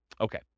Okay